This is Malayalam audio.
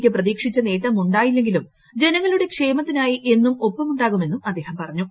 ക്ക് പ്രതീക്ഷിച്ച നേട്ടം ഉണ്ടായില്ലെങ്കിലും ജനങ്ങളുടെ ക്ഷേമത്തിനായി എന്നും ഒപ്പം ഉണ്ടാകുമെന്നും അദ്ദേഹം പറഞ്ഞു